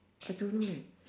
I don't know leh